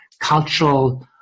cultural